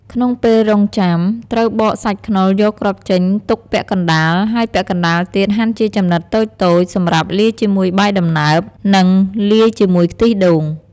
ក្នុងពេលរងចាំ ត្រូវបកសាច់ខ្នុរយកគ្រាប់ចេញទុកពាក់កណ្ដាល ហើយពាក់កណ្ដាលទៀតហាន់ជាចំណិតតូចៗសម្រាប់លាយជាមួយបាយដំណើប និងលាយជាមួយខ្ទិះដូង ។